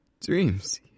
dreams